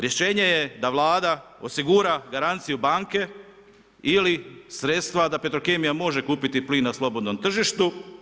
Rješenje je da Vlada osigura garanciju banke ili sredstva da Petrokemija može kupiti plina na slobodnom tržištu.